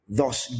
Thus